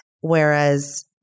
whereas